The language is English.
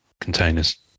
containers